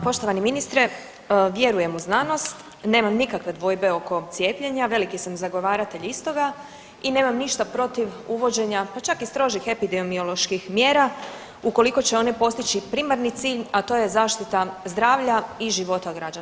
Poštovani ministre vjerujem u znanost, nemam nikakve dvojbe oko cijepljenja, veliki sam zagovaratelj istoga i nemam ništa protiv uvođenja pa čak i strožih epidemioloških mjera ukoliko će one postići primarni cilj, a to je zaštita zdravlja i života građana.